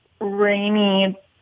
rainy